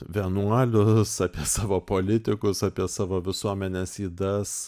vienuolius apie savo politikus apie savo visuomenės ydas